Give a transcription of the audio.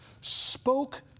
spoke